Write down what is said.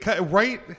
Right